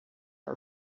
are